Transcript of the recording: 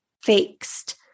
fixed